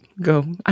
go